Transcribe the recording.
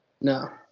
No